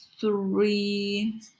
three